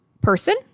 person